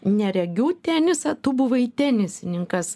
neregių tenisą tu buvai tenisininkas